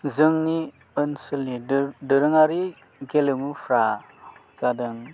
जोंनि ओनसोलनि दोरोङारि गेलेमुफ्रा जादों